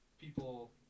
people